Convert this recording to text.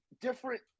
different